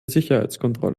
sicherheitskontrolle